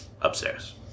upstairs